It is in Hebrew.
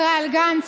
ישראל גנץ.